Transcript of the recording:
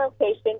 location